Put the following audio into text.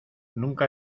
nunca